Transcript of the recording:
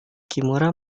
kimura